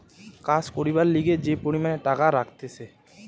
কাজ করবার লিগে যে পরিমাণে টাকা রাখতিছে